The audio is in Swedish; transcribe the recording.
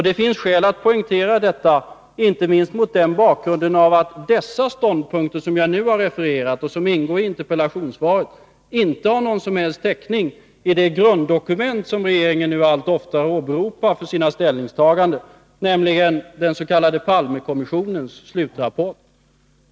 Det finns skäl att poängtera detta inte minst mot bakgrund av att de ståndpunkter som jag nu har refererat och som ingår i interpellationssvaret inte har någon som helst täckning i de grunddokument som regeringen allt oftare nu åberopar för sina ställningstaganden, nämligen den s.k. Palmekommissionens slutrapport.